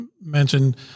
mentioned